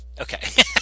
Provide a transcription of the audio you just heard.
Okay